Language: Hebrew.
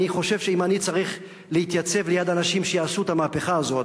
אני חושב שאם אני צריך להתייצב ליד אנשים שיעשו את המהפכה הזאת,